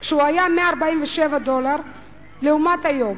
כשהוא היה 147 דולר לעומת היום.